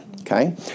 Okay